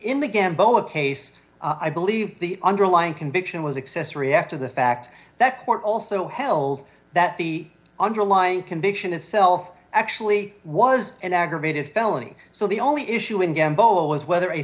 in the gambro a case i believe the underlying conviction was accessory after the fact that court also held that the underlying conviction itself actually was an aggravated felony so the only issue again boa was whether a